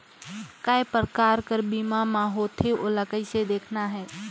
काय प्रकार कर बीमा मा होथे? ओला कइसे देखना है?